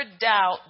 doubt